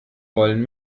wollen